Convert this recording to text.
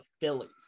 Phillies